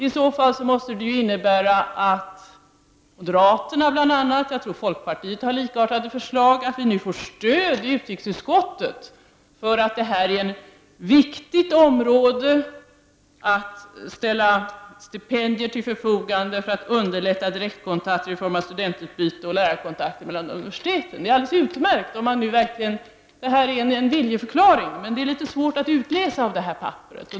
I så fall måste det innebära att moderaterna — och jag tror även folkpartiet har likartade förslag — nu får stöd i utrikesutskottet för att ställa stipendier till förfogande för att underlätta direktkontakter i form av studentutbyte och lärarkontakter mellan universiteten. Detta är alldeles utmärkt, om det nu verkligen är en viljeförklaring. Men det är litet svårt att utläsa av papperet.